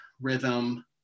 rhythm